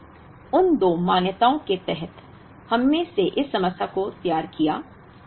इसलिए उन दो मान्यताओं के तहत हमने इस समस्या को तैयार किया